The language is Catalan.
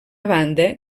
banda